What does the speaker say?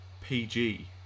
PG